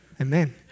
amen